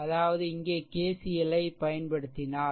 அதாவது இங்கே KCL ஐப் பயன்படுத்தினால்